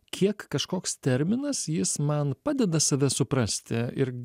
kiek kažkoks terminas jis man padeda save suprasti ir